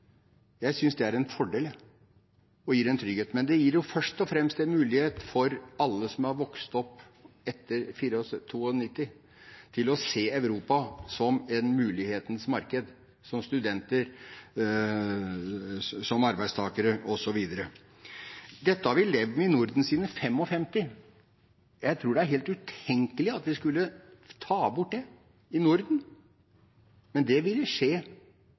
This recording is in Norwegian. Jeg synes det er en fordel, og det gir en trygghet, men det gir først og fremst en mulighet for alle som er vokst opp etter 1992, til å se Europa som et mulighetens marked som studenter, som arbeidstakere osv. Dette har vi levd med i Norden siden 1955. Jeg tror det er helt utenkelig at vi skulle ta bort det i Norden, men det vil skje